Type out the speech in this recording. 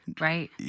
Right